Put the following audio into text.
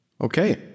Okay